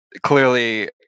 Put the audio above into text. clearly